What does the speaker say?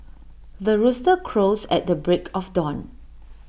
the rooster crows at the break of dawn